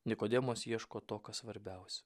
nikodemas ieško to kas svarbiausia